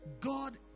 God